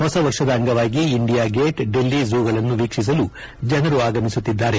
ಹೊಸ ವರ್ಷದ ಅಂಗವಾಗಿ ಇಂಡಿಯಾ ಗೇಟ್ ಡೆಲ್ಲಿ ಝೂಗಳನ್ನು ವೀಕ್ಷಿಸಲು ಹೆಚ್ಚಿನ ಜನರು ಆಗಮಿಸುತ್ತಿದ್ದಾರೆ